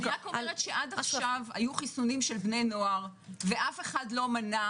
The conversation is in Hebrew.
עד כה היו חיסונים של בני נוער ואף אחד לא מנע